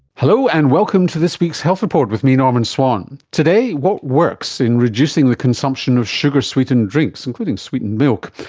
hello, and welcome to this week's health report with me, norman swan. today, what works in reducing the consumption of sugar sweetened drinks, including sweetened milk.